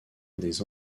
des